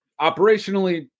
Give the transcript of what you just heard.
operationally